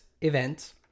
event